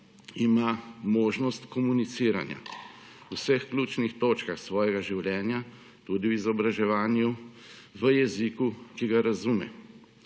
ima možnost komuniciranja, v vseh ključnih točkah svojega življenja, tudi v izobraževanju, v jeziku, ki ga razume,